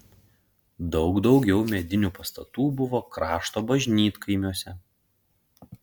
daug daugiau medinių pastatų buvo krašto bažnytkaimiuose